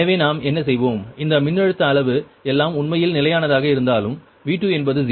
எனவே நாம் என்ன செய்வோம் இந்த மின்னழுத்த அளவு எல்லாம் உண்மையில் நிலையானதாக இருந்தாலும் V2 என்பது 0